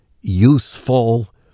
useful